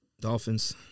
Dolphins